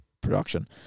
production